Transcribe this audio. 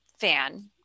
fan